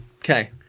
Okay